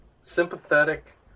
sympathetic